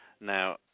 Now